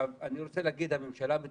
אני רוצה להגיד,